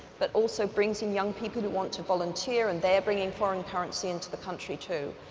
but also brings in young people who want to volunteer, and they are bringing foreign currency into the country too.